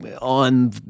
on